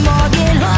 Morgan